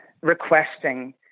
requesting